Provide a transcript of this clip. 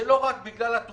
זה לא רק בגלל התרומות,